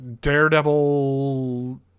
Daredevil